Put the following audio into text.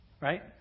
right